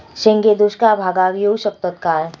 शेंगे दुष्काळ भागाक येऊ शकतत काय?